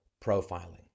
profiling